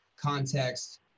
context